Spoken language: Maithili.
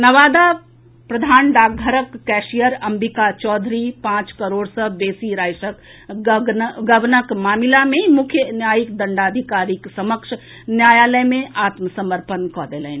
नवादा प्रधान डाकघरक कैशियर अंबिका चौधरी पांच करोड़ सँ बेसी राशिक गबनक मामिला मे मुख्य न्यायिक दंडाधिकारीक समक्ष न्यायालय मे आत्मसमर्पण कऽ देलनि